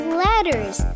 ladders